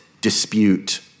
dispute